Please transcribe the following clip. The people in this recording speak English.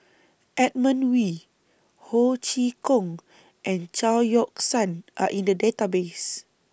Edmund Wee Ho Chee Kong and Chao Yoke San Are in The Database